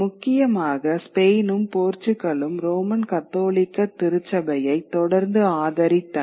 முக்கியமாக ஸ்பெயினும் போர்ச்சுகலும் ரோமன் கத்தோலிக்க திருச்சபையை தொடர்ந்து ஆதரித்தனர்